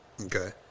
Okay